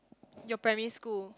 your primary school